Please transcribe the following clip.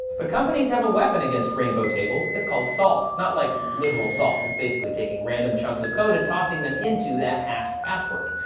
but companies have a weapon against rainbow tables it's called salt! not like literal salt. it's basically taking random chunks of code and tossing them into the hashed password.